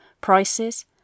prices